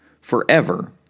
forever